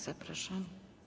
Zapraszam.